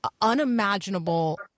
unimaginable